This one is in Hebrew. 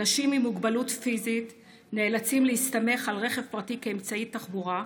אנשים עם מוגבלות פיזית נאלצים להסתמך על רכב פרטי כאמצעי תחבורה,